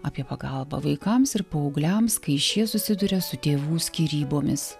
apie pagalbą vaikams ir paaugliams kai šie susiduria su tėvų skyrybomis